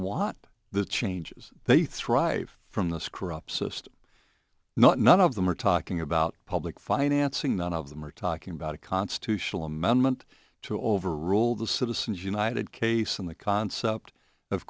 want the changes they thrive from the screw up system not none of them are talking about public financing none of them are talking about a constitutional amendment to overrule the citizens united case in the concept of